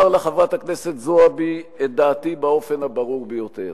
אומר לחברת הכנסת זועבי את דעתי באופן הברור ביותר: